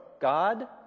God